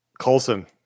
Coulson